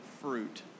fruit